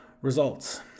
results